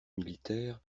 militaire